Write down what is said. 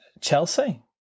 Chelsea